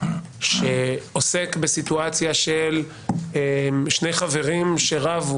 שעוסק בסיטואציה של שני חברים שרבו,